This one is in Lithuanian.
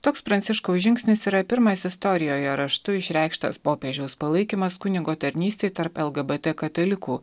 toks pranciškaus žingsnis yra pirmas istorijoje raštu išreikštas popiežiaus palaikymas kunigo tarnystei tarp lgbt katalikų